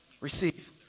receive